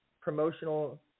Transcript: promotional